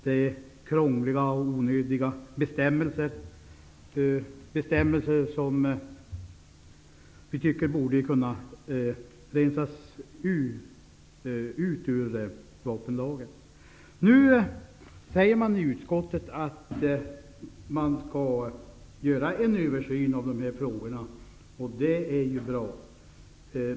Det är krångliga och onödiga bestämmelser som borde kunna rensas ut ur vapenlagen. Utskottet säger att man skall göra en översyn av dessa frågor, och det är bra.